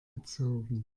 gezogen